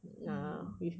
mm